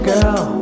Girl